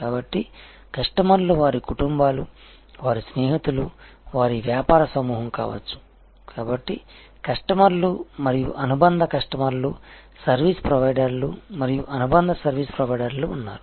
కాబట్టి కస్టమర్లు వారి కుటుంబాలు వారి స్నేహితులు వారి వ్యాపార సమూహం కావచ్చు కాబట్టి కస్టమర్లు మరియు అనుబంధ కస్టమర్లు సర్వీస్ ప్రొవైడర్లు మరియు అనుబంధ సర్వీస్ ప్రొవైడర్లు ఉన్నారు